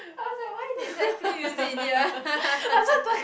I was like why they suddenly play music in here